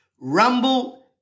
Rumble